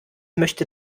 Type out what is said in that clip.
möchte